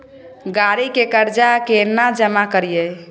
गाड़ी के कर्जा केना जमा करिए?